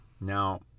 Now